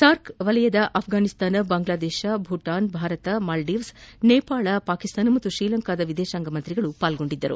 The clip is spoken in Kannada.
ಸಾರ್ಕ್ ವಲಯದ ಆಫ್ರಾನಿಸ್ತಾನ ಬಾಂಗ್ನಾದೇಶ ಭೂತಾನ್ ಭಾರತ ಮಾಲ್ದೀವ್ಸ್ ನೇಪಾಳ ಪಾಕಿಸ್ತಾನ ಮತ್ತು ಶ್ರೀಲಂಕಾದ ವಿದೇಶಾಂಗ ಸಚಿವರು ಪಾಲ್ಗೊಂಡಿದ್ದರು